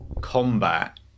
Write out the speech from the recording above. combat